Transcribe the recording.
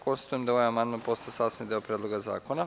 Konstatujem da je ovaj amandman postao sastavni deo Predloga zakona.